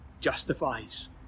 justifies